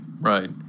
right